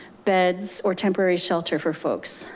beds or temporary shelter for folks.